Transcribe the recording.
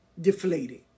deflated